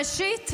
ראשית,